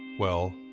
well,